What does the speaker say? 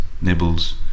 nibbles